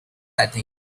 setting